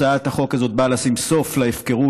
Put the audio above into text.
הצעת החוק הזאת באה לשים סוף להפקרות,